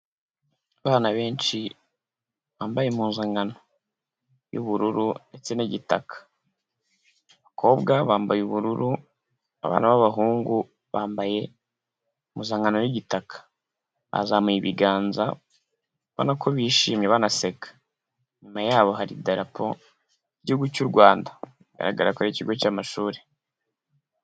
Abana benshi bambaye impuzankano y'ubururu ndetse n'igitaka , abakobwa bambaye ubururu abana b'abahungu bambaye impuzankano y'igitaka, bazamuye ibiganza ubona ko bishimye banaseka inyuma yabo hari idarapo ry'igihugu cy'u Rwanda, bigaragara ko ari ikigo cy'amashuri.